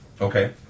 Okay